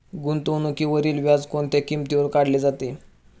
गुंतवणुकीवरील व्याज कोणत्या किमतीवर काढले जाते?